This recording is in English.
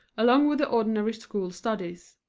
along with the ordinary school studies.